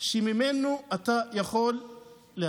שממנו אתה יכול להפיק.